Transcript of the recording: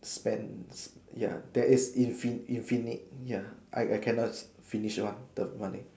spent ya that is info infinite ya I I cannot finish one the money